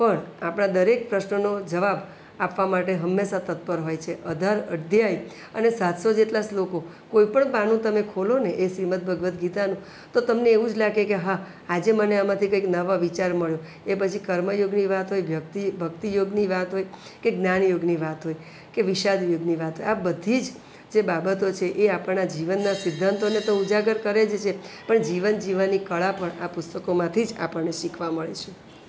પણ આપણા દરેક પ્રશ્નનો જવાબ આપવા માટે હંમેશાં તત્પર હોય છે અધ અઢાર અધ્યાય અને સાતસો જેટલા શ્લોકો કોઈ પણ પાનું તમે ખોલોને એ શ્રીમદ ભાગવત ગીતાનું તો તમને એવું જ લાગે કે હા આજે મને આમાંથી કંઈક નવો વિચાર મળ્યો એ પછી કર્મયોગની વાત હોય વ્યક્તિ ભક્તિયોગની વાત હોય કે જ્ઞાન યોગની વાત હોય કે વિષાદ યોગની વાત હોય આ બધી જે બાબતો છે એ આપણા જીવનના સિધ્ધાંતોને તો ઉજાગર કરે જ છે પણ જીવન જીવવાની કળા પણ આ પુસ્તકોમાંથી જ આપણને શીખવા મળે છે